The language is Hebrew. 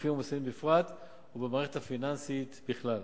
בגופים המוסדיים בפרט ובמערכת הפיננסית בכלל.